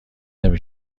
نمی